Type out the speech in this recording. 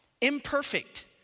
imperfect